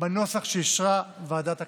בנוסח שאישרה ועדת הכנסת.